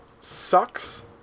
Sucks